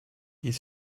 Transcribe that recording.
ils